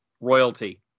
royalty